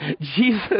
Jesus